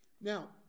Now